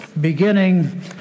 beginning